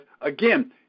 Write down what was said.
again